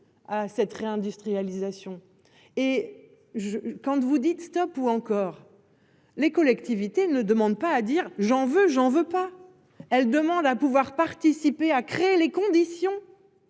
à cette réindustrialisation et je. Quand vous dites Stop ou encore. Les collectivités ne demande pas à dire j'en veux, j'en veux pas. Elle demande à pouvoir participer à créer les conditions.